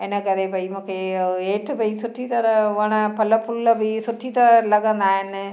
इन करे भई मूंखे हेठि भई सुठी तरह वण फल फूल बि सुठी तरह लगंदा आहिनि